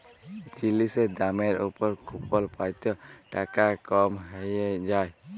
জিলিসের দামের উপর কুপল পাই ত টাকা কম হ্যঁয়ে যায়